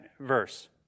verse